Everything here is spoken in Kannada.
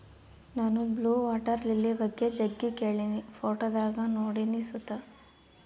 ನಾನು ಬ್ಲೂ ವಾಟರ್ ಲಿಲಿ ಬಗ್ಗೆ ಜಗ್ಗಿ ಕೇಳಿನಿ, ಫೋಟೋದಾಗ ನೋಡಿನಿ ಸುತ